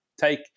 take